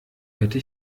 hätte